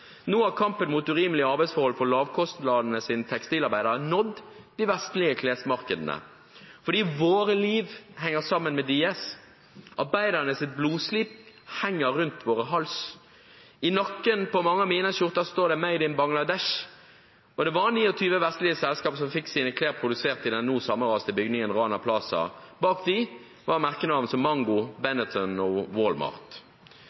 Nå har kampen mot urimelige arbeidsforhold for lavkostlandenes tekstilarbeidere nådd de vestlige klesmarkedene, for vårt liv henger sammen med deres. Arbeidernes blodslit henger rundt halsen vår. I nakken på mange av mine skjorter står det «Made in Bangladesh», og det var 29 vestlige selskap som fikk sine klær produsert i den nå sammenraste bygningen Rana Plaza. Bak dem var merkenavn som